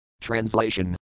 Translation